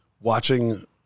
watching